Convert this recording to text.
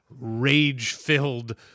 rage-filled